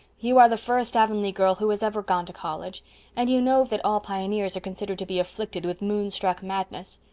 you are the first avonlea girl who has ever gone to college and you know that all pioneers are considered to be afflicted with moonstruck madness.